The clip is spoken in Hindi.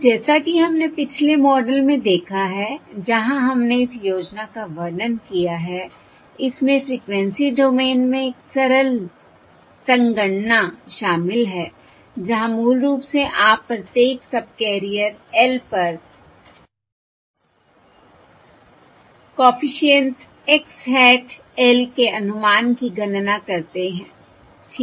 और जैसा कि हमने पिछले मॉडल में देखा है जहां हमने इस योजना का वर्णन किया है इसमें फ़्रीक्वेंसी डोमेन में एक सरल संगणना शामिल है जहां मूल रूप से आप प्रत्येक सबकैरियर l पर कॉफिशिएंट्स X hat l के अनुमान की गणना करते हैं ठीक है